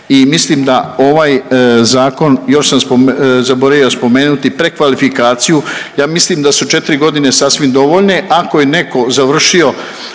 i mislim da ovaj zakon, još sam zaboravio spomenuti prekvalifikaciju. Ja mislim da su 4 godine sasvim dovoljne ako je neko završio